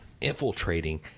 infiltrating